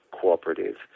cooperative